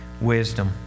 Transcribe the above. wisdom